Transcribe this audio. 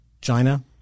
China